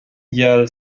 gheal